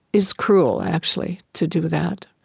it's cruel, actually, to do that.